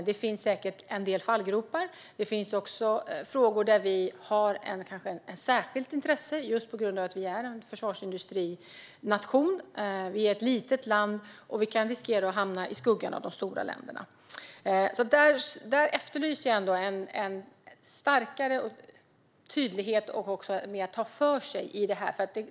Det finns säkert en del fallgropar, och det finns frågor där vi har ett särskilt intresse just för att vi är en försvarsindustrination. Vi är ett litet land, och vi riskerar att hamna i skuggan av de stora länderna. Jag efterlyser en större tydlighet och att regeringen tar för sig mer.